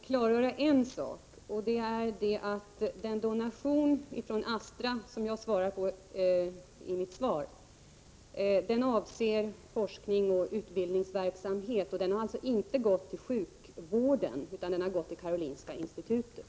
Herr talman! Jag vill bara klargöra en sak, nämligen att den donation från Astra, som jag talar om i mitt svar, avser forskning och utbildningsverksamhet. Den har alltså inte gått till sjukvården utan till Karolinska institutet.